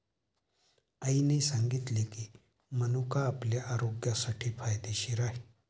आईने सांगितले की, मनुका आपल्या आरोग्यासाठी फायदेशीर आहे